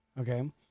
okay